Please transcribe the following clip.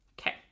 Okay